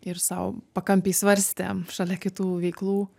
ir sau pakampėj svarstė šalia kitų veiklų